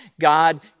God